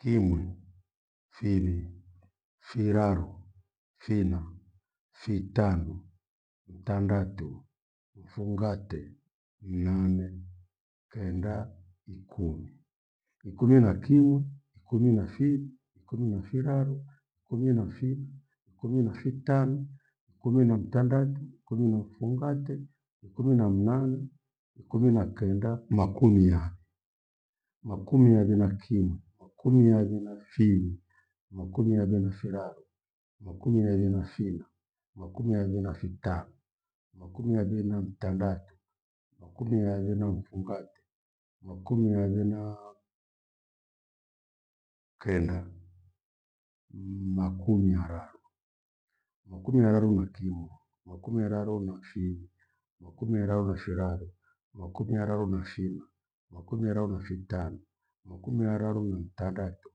Kimwi, fiwi, firaru, fina, fitanu, mtandatu, mfungate, mnane, kenda, ikumi. Ikumi na kimwi, ikumi na fiwi, ikumi na firaru, ikumi na fina, ikumi na fitanu, ikumi na mtandatu, ikumi na mfungate, ikumi na mnane, ikumi na kenda, mkumi yaavi. Makumi avi na kimwi, makumi avi na fiwi, makumi avi na firaru, makumi avi na fina, makumi avi na fitanu, makumi avi na mtandatu, makumi avi na mfungate, mkumi avi naa- kenda, makumi araru. Makumi araru na kimo, makumi araru na fiwi, makumi araru na firaru, makumi araru na fina, makum araru na fitano, makumi araru na mtandatu,